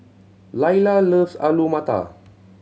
Lailah loves Alu Matar